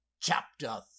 chapter